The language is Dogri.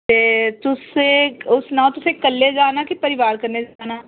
ते तुस एह् सनाओ तुसें कल्लै जाना कि परोआर कन्नै जाना